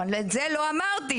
את זה לא אמרתי,